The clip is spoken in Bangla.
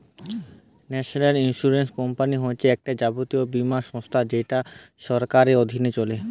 ন্যাশনাল ইন্সুরেন্স কোম্পানি হচ্ছে একটা জাতীয় বীমা সংস্থা যেটা সরকারের অধীনে চলছে